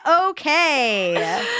Okay